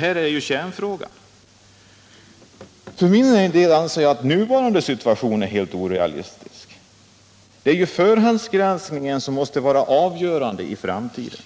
Detta är en kärnfråga. För min del anser jag att den nuvarande situationen är helt orealistisk. Det är ju förhandsgranskningen som måste vara avgörande i framtiden.